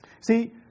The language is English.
See